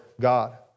God